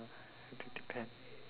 it'll depend